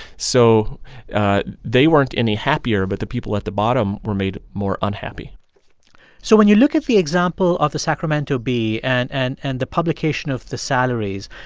so they weren't any happier, but the people at the bottom were made more unhappy so when you look at the example the sacramento bee and and and the publication of the salaries,